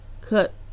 cut